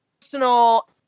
personal